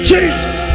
Jesus